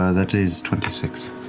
ah that is twenty six.